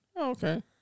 okay